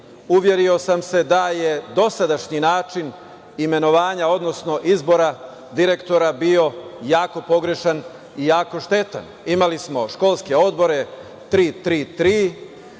uverio sam se da je dosadašnji način imenovanja, odnosno izbora direktora bio jako pogrešan i jako štetan. Imali smo školske odbore 3.3.3.